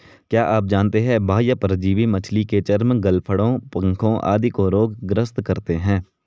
क्या आप जानते है बाह्य परजीवी मछली के चर्म, गलफड़ों, पंखों आदि को रोग ग्रस्त करते हैं?